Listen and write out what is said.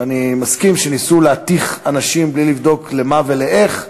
ואני מסכים שניסו להתיך אנשים בלי לבדוק למה ולאיך,